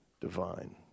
divine